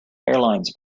airlines